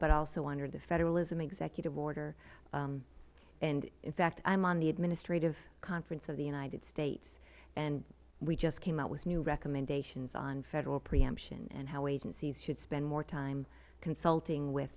but also under the federalism executive order in fact i am on the administrative conference of the united states and we just came out with new recommendations on federal preemption and how agencies should spend more time consulting with